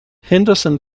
henderson